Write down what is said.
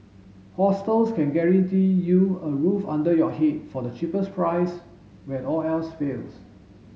hostels can guarantee you a roof under your head for the cheapest price when all else fails